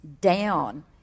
down